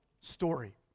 story